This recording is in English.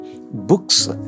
books